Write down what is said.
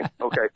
Okay